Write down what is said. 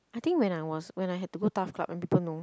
I think when I was when I had to go TAF club and people know